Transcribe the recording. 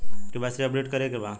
KYC update करे के बा?